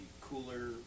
cooler